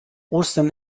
ostern